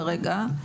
כרגע.